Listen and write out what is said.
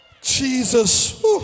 Jesus